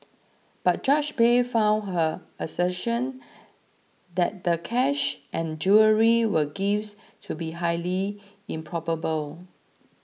but Judge Bay found her assertion that the cash and jewellery were gifts to be highly improbable